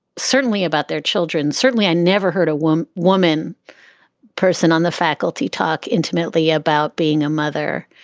certainly about their children. certainly i never heard a one woman person on the faculty talk intimately about being a mother.